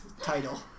title